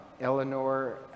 Eleanor